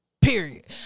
period